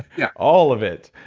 yeah all of it.